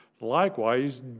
likewise